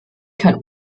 kein